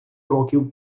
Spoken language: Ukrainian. років